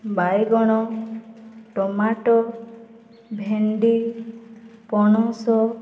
ବାଇଗଣ ଟମାଟୋ ଭେଣ୍ଡି ପଣସ